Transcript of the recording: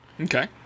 Okay